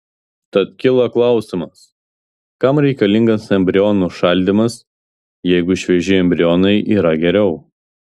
tad kyla klausimas kam reikalingas embrionų šaldymas jeigu švieži embrionai yra geriau